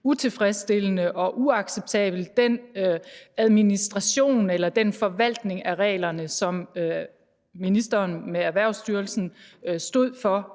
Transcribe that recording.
utilfredsstillende og uacceptabelt at høre om den administration eller den forvaltning af reglerne, som ministeren sammen med Erhvervsstyrelsen stod for